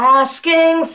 asking